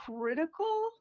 critical